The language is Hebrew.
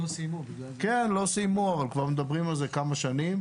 לא סיימנו אבל כבר מדברים על זה כמה שנים.